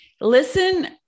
Listen